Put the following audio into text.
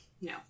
No